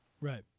Right